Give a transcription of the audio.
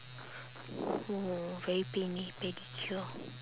!whoa! very pain eh pedicure